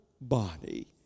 body